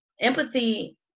empathy